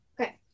Okay